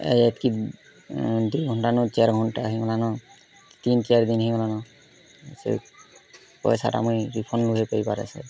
ଏତିକି ଦୁଇ ଘଣ୍ଟା ନୁ ଚାର୍ ଘଣ୍ଟା ହେଇ ଗଲାନ ତିନ୍ ଚାରି ଦିନ୍ ହେଇ ଗଲାନ ସେ ପଇସାଟା ମୁଇ ରିଫଣ୍ଡ ନୁହେ ପାଇ ପାରସେ